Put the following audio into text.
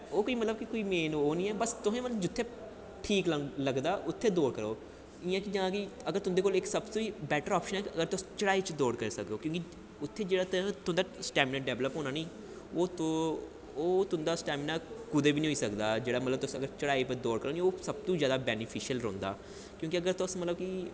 ओह् कोई मतलब मेन नेईं ऐ तुसें बस ठीक लगदा उत्थै दौड़दे र'वो इ'यै चीजां न कि अगर तुंदे कोल सब तो बैट्टर आप्शन ऐ तुस चढ़ाई च दौड़ करी सको क्योंकि उत्थै जेह्ड़ा तुंदा स्टैमना डैवलप होना ना ओह् तुंदा स्टैमना कुदै बी नेईं होई सकदा जेह्ड़ा मतलब तुस चढ़ाई पर दौड़ करो ना सबतो बैनिफिशल रौंह्दा कि अगर तुस